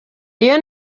iyi